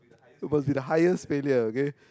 so must be the highest failure okay